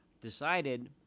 decided